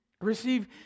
receive